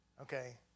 Okay